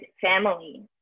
family